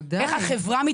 ודאי.